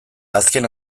azken